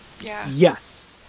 Yes